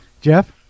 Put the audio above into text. Jeff